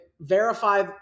verify